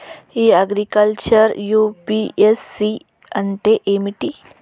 ఇ agriculture UPSC అంటే ఏమిటి?